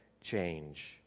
change